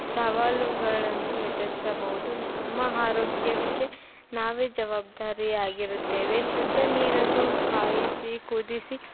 ಸವಾಲುಗಳನ್ನು ಎದುರಿಸಬೌದು ನಮ್ಮ ಆರೋಗ್ಯಕ್ಕೆ ನಾವೇ ಜವಾಬ್ದಾರಿ ಆಗಿರುತ್ತೇವೆ ಶುದ್ಧ ನೀರನ್ನು ಕಾಯಿಸಿ ಕುದಿಸಿ